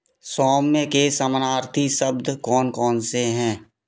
सौम्य के समानार्थी शब्द कौन कौन से है